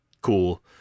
cool